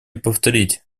повторить